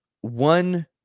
one